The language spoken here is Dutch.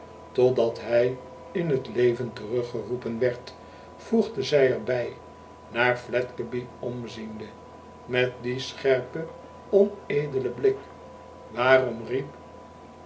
totdat hij in het leven teruggeroepen werd voegde zij er bij naar fledgeby omliende met dien scherpen onedelen blik waarom riept